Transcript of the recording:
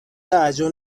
توجه